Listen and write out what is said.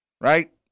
right